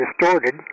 distorted